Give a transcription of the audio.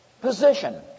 Position